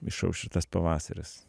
išauš šitas pavasaris